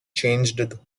changed